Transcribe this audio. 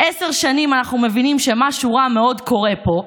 עשר שנים אנחנו מבינים שמשהו רע מאוד קורה פה,